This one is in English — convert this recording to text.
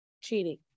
cheating